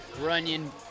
Runyon